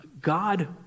God